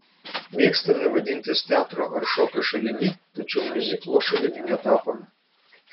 mėgstame vadintis teatro ar šokio šalimi tačiau miuziklo šalimi netapome